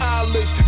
eyelids